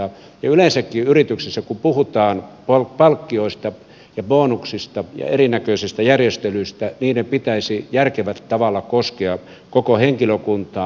yleensäkin yrityksessä kun puhutaan palkkioista ja bonuksista ja erinäköisistä järjestelyistä niiden pitäisi järkevällä tavalla koskea koko henkilökuntaa